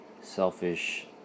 selfish